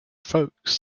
folks